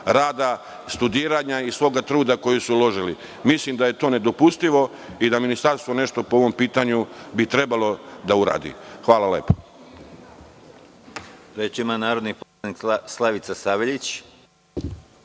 rada, studiranja i svog truda koji su uložili. Mislim da je to nedopustivo i da Ministarstvo nešto po ovom pitanju treba da uradi. Hvala.